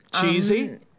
Cheesy